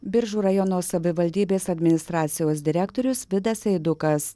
biržų rajono savivaldybės administracijos direktorius vidas eidukas